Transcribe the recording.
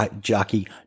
jockey